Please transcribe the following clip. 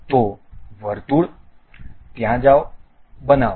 તો વર્તુળ ત્યાં જાવ બનાવો